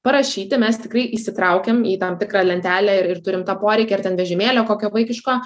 parašyti mes tikrai įsitraukiam į tam tikrą lentelę ir turim tą poreikį ar ten vežimėlio kokio vaikiško